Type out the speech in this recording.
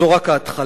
זו רק ההתחלה,